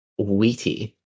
wheaty